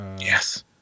Yes